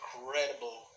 incredible